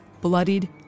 bloodied